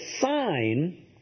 sign